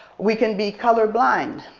we can be colorblind,